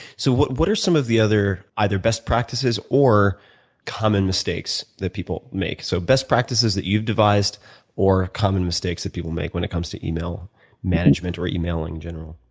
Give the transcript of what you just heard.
so, what what are some of the other either best practices or common mistakes that people make? so, best practices that you have devised or common mistakes that people make when it comes to email management or email in general.